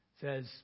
says